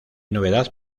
novedad